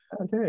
Okay